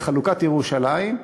לחלוקת ירושלים,